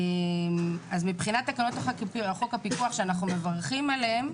מבחינת חוק הפיקוח שאנחנו מברכים עליו,